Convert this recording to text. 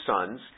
sons